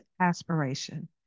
aspiration